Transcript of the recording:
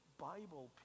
Bible